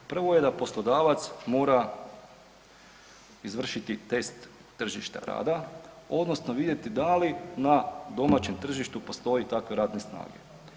Prvo je da poslodavac mora izvršiti test tržišta rada odnosno vidjeli da li na domaćem tržištu postoji takve radne snage.